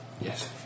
yes